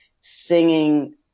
singing